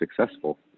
successful